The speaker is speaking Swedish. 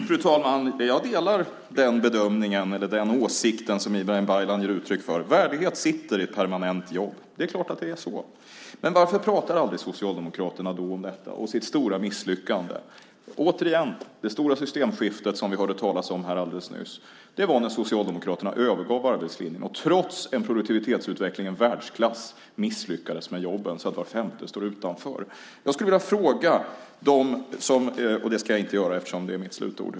Fru talman! Jag delar den bedömning eller den åsikt som Ibrahim Baylan ger uttryck för. Värdighet sitter i ett permanent jobb. Det är klart att det är så. Men varför pratar aldrig Socialdemokraterna om detta och sitt stora misslyckande? Återigen: Det stora systemskiftet, som vi hörde talas om alldeles nyss, var när Socialdemokraterna övergav arbetslinjen och trots en produktivitetsutveckling i världsklass misslyckades med jobben, så att var femte stod utanför. Jag skulle vilja ställa en fråga. Men det ska jag inte göra, eftersom det är mitt slutord.